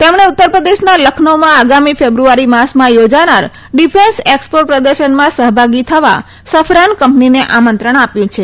તેમણે ઉત્તરપ્રદેશના લખનૌમાં આગામી ફેબ્રુઆરી માસમાં થોજાનાર ડિફેન્સ એક્સપો પ્રદર્શનમાં સહભાગી થવા સફરાન કંપનીને આમંત્રણ આપ્યું છે